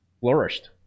flourished